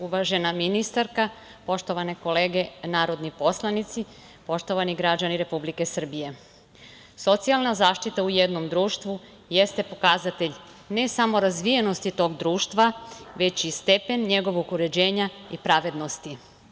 Uvažena ministarka, poštovane kolege narodni poslanici, poštovani građani Republike Srbije, socijalna zaštita u jednom društvu jeste pokazatelj ne samo razvijenosti tog društva, već i stepen njegovog uređenja i pravednosti.